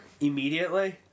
immediately